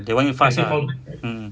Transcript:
they want you fast ah mm